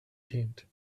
tent